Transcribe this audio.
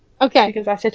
Okay